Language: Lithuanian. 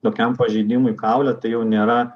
tokiam pažeidimui kaule tai jau nėra